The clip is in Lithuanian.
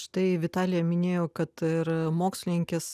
štai vitalija minėjo kad ir mokslininkės